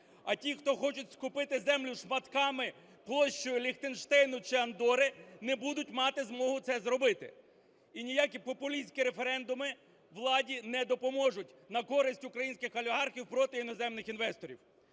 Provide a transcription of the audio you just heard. А ті, хто хочуть скупити землю шматками площею Ліхтенштейну чи Андорри, не будуть мати змогу це зробити. І ніякі популістські референдуми владі не допоможуть на користь українських олігархів проти іноземних інвесторів.